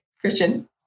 Christian